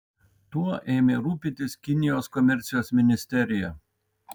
tuo ėmė rūpintis kinijos komercijos ministerija